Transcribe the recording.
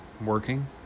working